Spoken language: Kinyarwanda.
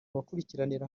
bakurikiranira